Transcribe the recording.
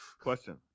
Question